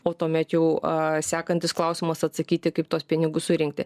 o tuomet jau a sekantis klausimas atsakyti kaip tuos pinigus surinkti